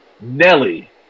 Nelly